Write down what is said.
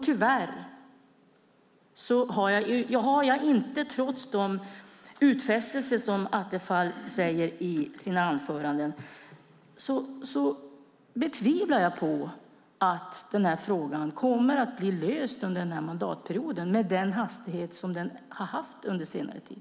Trots Attefalls utfästelser tvivlar jag på att frågan kommer att bli löst under den här mandatperioden med tanke på den hastighet den har haft under senare tid.